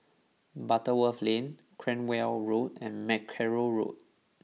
Butterworth Lane Cranwell Road and Mackerrow Road